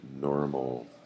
normal